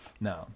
No